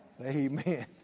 amen